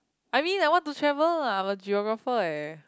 I mean I want to travel I'm a Geographer eh